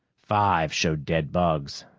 five showed dead bugs.